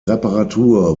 reparatur